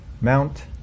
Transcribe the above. Mount